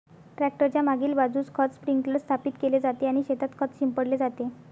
tractor च्या मागील बाजूस खत स्प्रिंकलर स्थापित केले जाते आणि शेतात खत शिंपडले जाते